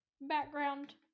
background